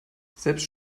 selbst